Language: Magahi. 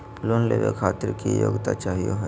लोन लेवे खातीर की योग्यता चाहियो हे?